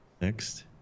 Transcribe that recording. Next